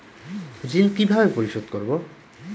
ঋণ কিভাবে পরিশোধ করব?